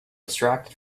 distracted